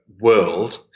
world